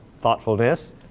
thoughtfulness